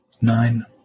Nine